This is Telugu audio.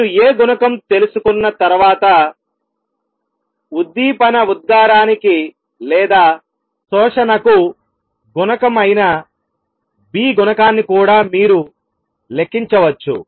మీరు A గుణకం తెలుసుకున్న తర్వాత ఉద్దీపన ఉద్గారానికి లేదా శోషణకు గుణకం అయిన B గుణకాన్ని కూడా మీరు లెక్కించవచ్చు